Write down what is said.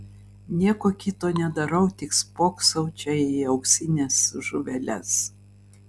nieko kito nedarau tik spoksau čia į auksines žuveles